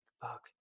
Fuck